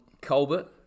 Colbert